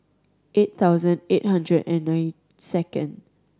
eight thousand eight hundred and nine second